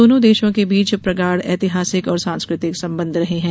दोनों देशों के बीच प्रगाढ़ ऐतिहासिक और सांस्कृतिक संबंध रहे हैं